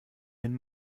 den